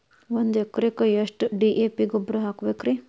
ಒಂದು ಎಕರೆಕ್ಕ ಎಷ್ಟ ಡಿ.ಎ.ಪಿ ಗೊಬ್ಬರ ಹಾಕಬೇಕ್ರಿ?